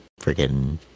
freaking